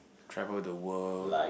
travel the world